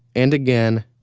and again,